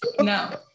No